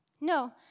No